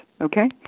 okay